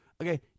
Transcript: Okay